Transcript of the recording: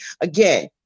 Again